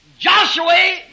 Joshua